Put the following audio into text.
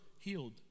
healed